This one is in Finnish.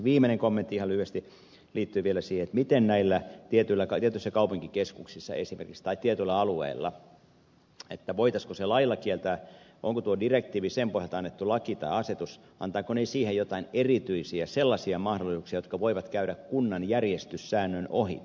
viimeinen kommentti ihan lyhyesti liittyy vielä siihen voitaisiinko tämä lailla kieltää esimerkiksi tietyissä kaupunkikeskuksissa tai tietyillä alueilla antaako direktiivi tai sen pohjalta annettu laki tai asetus joitain sellaisia erityisiä mahdollisuuksia jotka voivat käydä kunnan järjestyssäännön ohite